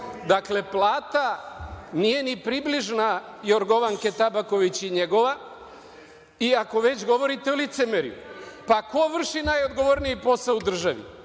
Dakle, plata nije ni približna Jorgovanke Tabaković i njegova. I, ako već govorite o licemerju, pa ko vrši najodgovorniji posao u državi,